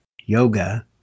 yoga